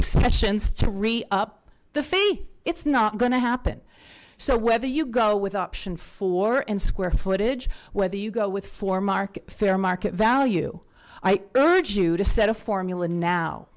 sessions to re up the fee it's not going to happen so whether you go with option four and square footage whether you go with for market fair market value i urge you to set a formula now